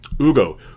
Ugo